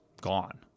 gone